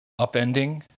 upending